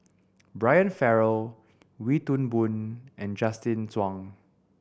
Brian Farrell Wee Toon Boon and Justin Zhuang